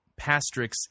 Pastrix